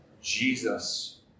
Jesus